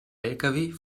lkw